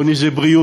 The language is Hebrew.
עוני זה בריאות,